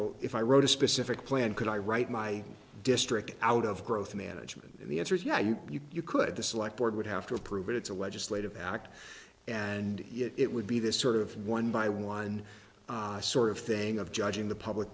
well if i wrote a specific plan could i write my district out of growth management and the answer is yeah you you could the select board would have to approve it it's a legislative act and it would be this sort of one by one sort of thing of judging the public